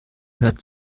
hört